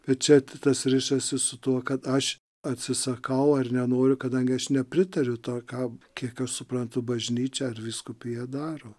bet čia tas rišasi su tuo kad aš atsisakau ar nenoriu kadangi aš nepritariu to ką kiek aš suprantu bažnyčia ar vyskupija daro